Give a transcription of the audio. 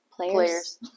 players